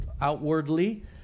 outwardly